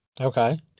Okay